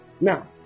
Now